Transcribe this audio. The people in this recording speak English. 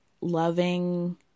loving